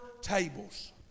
tables